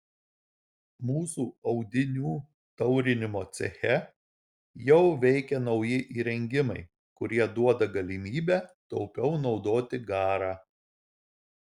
mūsų audinių taurinimo ceche jau veikia nauji įrengimai kurie duoda galimybę taupiau naudoti garą